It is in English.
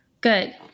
good